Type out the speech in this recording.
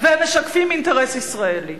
והם משקפים אינטרס ישראלי: